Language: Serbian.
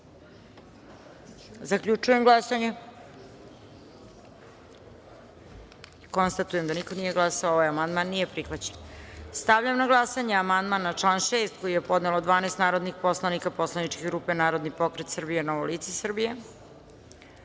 Srbije. Zaključujem glasanje. Konstatujem da niko nije glasao. Amandman nije prihvaćen. Stavljam na glasanje amandman na član 3. koji je podnelo 12 narodnih poslanika poslaničke grupe Narodni pokret Srbije – Novo lice